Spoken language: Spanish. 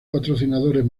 patrocinadores